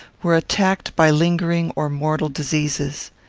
were attacked by lingering or mortal diseases.